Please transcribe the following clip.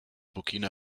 burkina